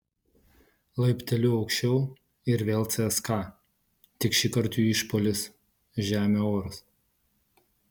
laipteliu aukščiau ir vėl cska tik šįkart jų išpuolis žemė oras